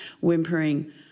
whimpering